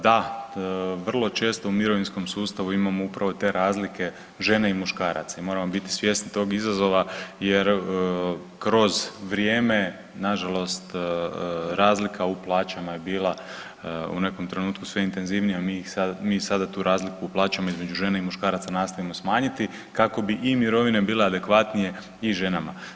Da, vrlo često u mirovinskom sustavu imamo upravo te razlike žene i muškaraca i moramo biti svjesni tog izazova jer kroz vrijeme nažalost razlika u plaćama je bila u nekom trenutku sve intenzivnija, mi sada tu razliku uplaćujemo između žene i muškaraca nastojimo smanjiti kako bi i mirovine bile adekvatnije i ženama.